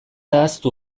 ahaztu